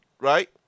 Right